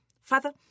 Father